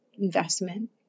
investment